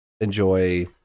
enjoy